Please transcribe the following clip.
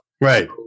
Right